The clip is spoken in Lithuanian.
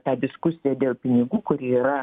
tą diskusiją dėl pinigų kuri yra